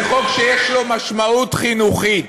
זה חוק שיש לו משמעות חינוכית,